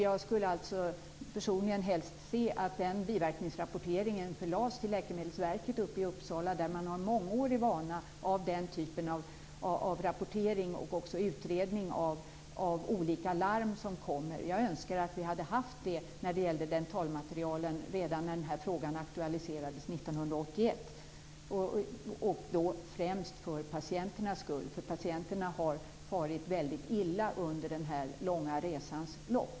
Jag skulle personligen helst se att den biverkningsrapporteringen förlades till Läkemedelsverket i Uppsala, där man har mångårig vana av den typen av rapportering och även utredning av olika larm som kommer. Jag önskar att vi hade haft det när det gällde dentalmaterialen redan när den här frågan aktualiserades 1981, främst för patienternas skull. Patienterna har farit mycket illa under den här långa resans lopp.